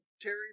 Terry